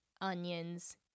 onions